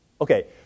Okay